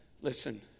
Listen